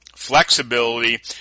Flexibility